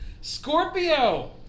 Scorpio